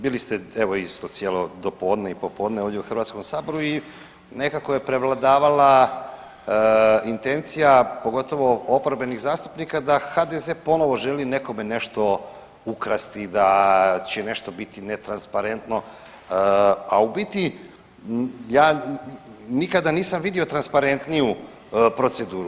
Bili ste, evo isto cijelo dopodne i popodne ovdje u HS-u i nekako je prevladavala intencija, pogotovo oporbenih zastupnika da HDZ ponovo želi nekome nešto ukrasti, da će nešto biti netransparentno, a u biti, ja nikada nisam vidio transparentniju proceduru.